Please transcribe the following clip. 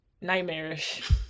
Nightmarish